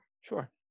Sure